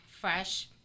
fresh